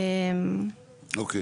אוקיי.